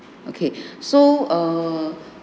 okay so err